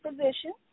position